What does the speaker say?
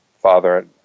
Father